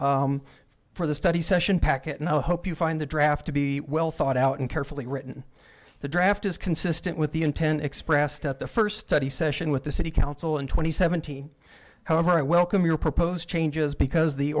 prepared for the study session packet and i hope you find the draft to be well thought out and carefully written the draft is consistent with the intent expressed at the first study session with the city council and twenty seventy however i welcome your proposed changes because the